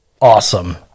awesome